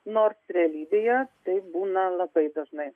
nors realybėje tai būna labai dažnai